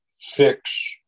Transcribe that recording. fix